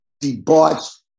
debauched